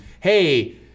hey